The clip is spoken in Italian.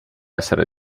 essere